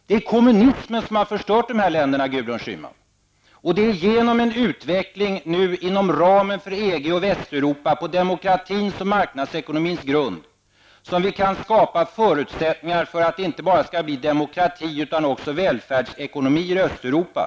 Det är kommunismen som har förstört de här länderna, Det är genom en utveckling inom ramen för EG och Västeuropa, på demokratins och marknadsekonomins grund, som vi kan skapa förutsättningar för att det inte bara skall bli demokratier utan också välfärdsekonomier i Östeuropa.